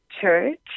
Church